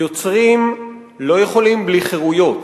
יוצרים לא יכולים בלי חירויות.